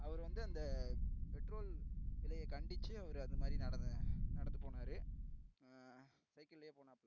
அவர் வந்து அந்த பெட்ரோல் விலைய கண்டித்து அவர் அந்த மாதிரி நடந்து போனார் சைக்கிள்லேயே போனாப்ல